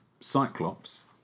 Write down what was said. Cyclops